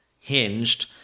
hinged